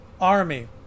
army